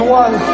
one